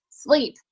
sleep